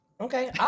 Okay